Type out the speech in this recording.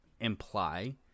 imply